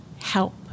help